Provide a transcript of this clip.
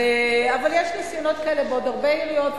אבל יש ניסיונות כאלה בעוד עיריות,